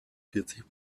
vierzig